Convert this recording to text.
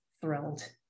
thrilled